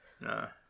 No